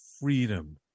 freedom